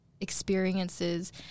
experiences